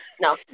no